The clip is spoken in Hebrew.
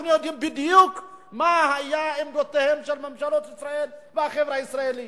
אנחנו יודעים בדיוק מה היו עמדותיהן של ממשלות ישראל והחברה הישראלית,